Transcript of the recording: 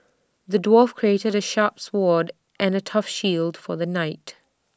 the dwarf crafted A sharp sword and A tough shield for the knight